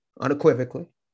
unequivocally